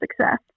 success